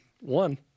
one